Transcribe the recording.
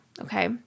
okay